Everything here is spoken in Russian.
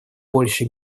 больше